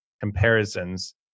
Comparisons